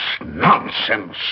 nonsense